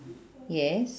yes